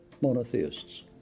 monotheists